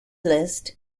list